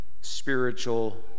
spiritual